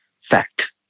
fact